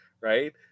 right